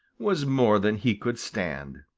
was more than he could stand.